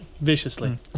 viciously